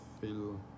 feel